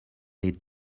l’est